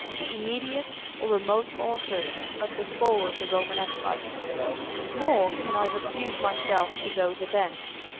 the immediate or remote authors of the fall of the roman empire nor can i refuse myself to those events,